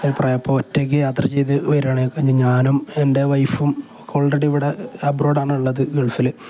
അ പ്രായം അപ്പോള് ഒറ്റയ്ക്ക് യാത്ര ചെയ്ത് വരികയാണ് ഇപ്പം ഞാനും എൻ്റെ വൈഫും ഓൾറെഡി ഇവിടെ അബ്രോഡാണുള്ളത് ഗൾഫില്